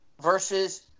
Versus